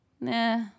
nah